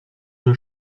deux